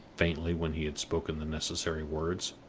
faintly, when he had spoken the necessary words.